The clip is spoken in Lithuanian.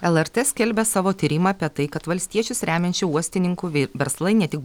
lrt skelbia savo tyrimą apie tai kad valstiečius remiančių uostininkų verslai ne tik